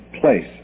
place